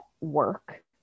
work